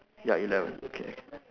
ya eleven okay